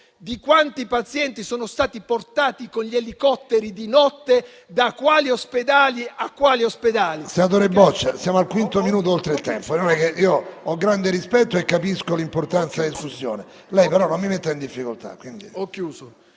di quanti pazienti sono stati portati con gli elicotteri di notte, da quali ospedali a quali ospedali. PRESIDENTE.Senatore Boccia, siamo al quinto minuto oltre il tempo. Ho grande rispetto e capisco l'importanza della discussione, ma lei non mi metta in difficoltà. BOCCIA